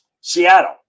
Seattle